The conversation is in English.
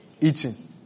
Eating